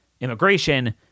immigration